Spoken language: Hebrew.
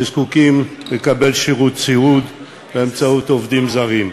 שזקוקים לשירות סיעוד באמצעות עובדים זרים.